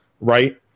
right